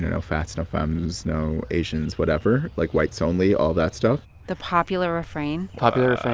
no fats, no fems, no asians, whatever, like, whites only, all that stuff the popular refrain? popular